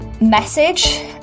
message